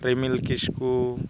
ᱨᱤᱢᱤᱞ ᱠᱤᱥᱠᱩ